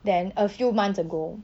then a few months ago